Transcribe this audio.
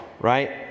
right